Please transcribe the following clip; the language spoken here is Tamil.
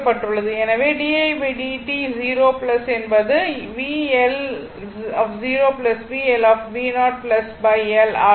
எனவே di dt 0 என்பது v L 0 v L v0 L ஆக இருக்கும்